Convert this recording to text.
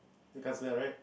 you can't smell right